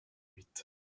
huit